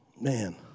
Man